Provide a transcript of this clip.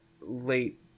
late